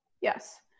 Yes